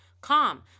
calm